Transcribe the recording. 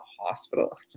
Hospital